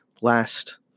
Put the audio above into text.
last